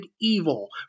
evil